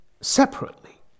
separately